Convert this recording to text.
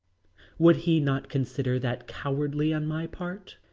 would he not consider that cowardly on my part?